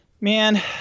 Man